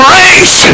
race